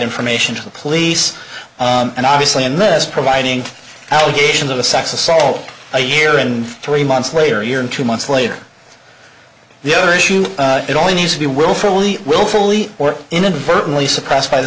information to the police and obviously in this providing allegations of a sex assault a year and three months later in two months later the other issue it only needs to be willfully willfully or inadvertently suppressed by the